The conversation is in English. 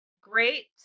great